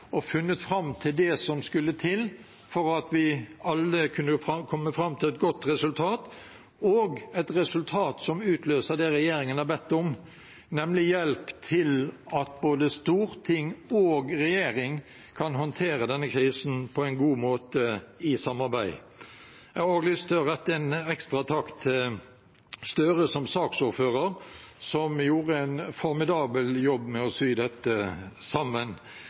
og funnet fram til det som skulle til for å komme fram til et godt resultat, et resultat som utløser det regjeringen har bedt om, nemlig hjelp til at storting og regjering i samarbeid kan håndtere denne krisen på en god måte. Jeg har også lyst til å rette en ekstra takk til representanten Gahr Støre som saksordfører, som har gjort en formidabel jobb med å sy dette sammen